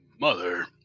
Mother